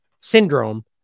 syndrome